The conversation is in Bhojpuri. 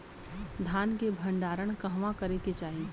धान के भण्डारण कहवा करे के चाही?